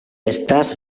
estas